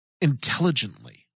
intelligently